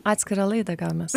atskirą laidą gal mes